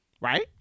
Right